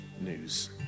news